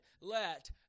Let